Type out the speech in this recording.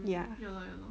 ya